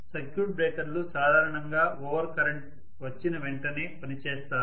circuit బ్రేకర్లు సాధారణంగా over current వచ్చిన వెంటనే పనిచేస్తాయి